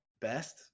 best